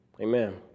Amen